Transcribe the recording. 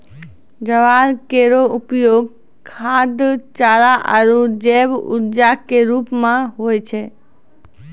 ज्वार केरो उपयोग खाद्य, चारा आरु जैव ऊर्जा क रूप म होय छै